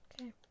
Okay